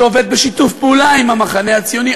שעובד בשיתוף פעולה עם המחנה הציוני,